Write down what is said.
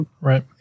right